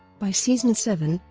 by season seven,